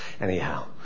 Anyhow